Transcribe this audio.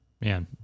Man